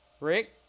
Rick